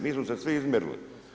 Mi smo se svi izmjerili.